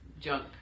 junk